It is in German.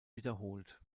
wiederholt